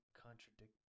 contradict